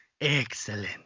Excellent